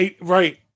Right